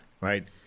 right